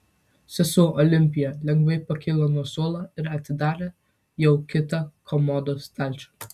sesuo olimpija lengvai pakilo nuo suolo ir atidarė jau kitą komodos stalčių